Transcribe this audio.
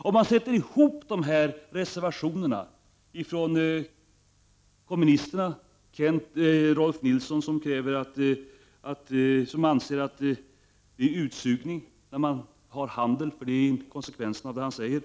Kommunisterna hävdar i Rolf L Nilsons reservation att handel är lika med utsugning; det är konsekvensen av det han i reservationen säger.